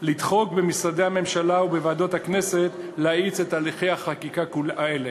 לדחוק במשרדי הממשלה ובוועדות הכנסת להאיץ את הליכי החקיקה האלה.